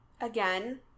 Again